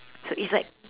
so it's like